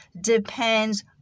depends